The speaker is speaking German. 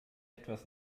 etwas